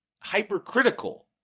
hypercritical